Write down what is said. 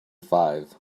five